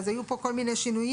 אז היו פה כל מיני שינויים,